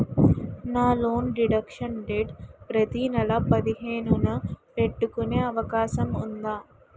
నా loan deduction date ప్రతి నెల పదిహేను న పెట్టుకునే అవకాశం ఉందా?